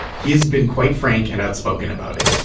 he has been quite frank and outspoken about it.